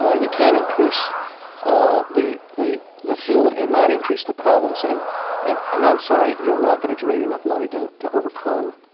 ah you can't increase ah the the field and not increase the problems. and and and i'm sorry, you are not going to generate enough money to to overcome